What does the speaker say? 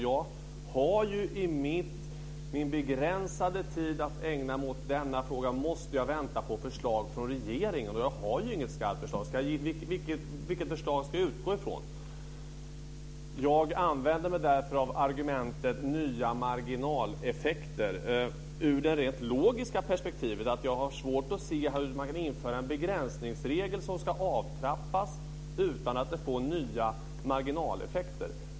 Med min begränsade tid att ägna åt denna fråga måste jag vänta på förslag från regeringen, och jag har ju inget skarpt förslag. Vilket förslag ska jag utgå ifrån? Jag använder mig därför av argumentet nya marginaleffekter. Ur det rent logiska perspektivet har jag svårt att se hur man kan införa en begränsningsregel som ska avtrappas utan att det får nya marginaleffekter.